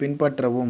பின்பற்றவும்